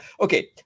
okay